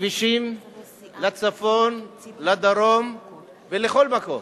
כבישים לצפון, לדרום ולכל מקום.